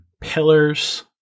pillars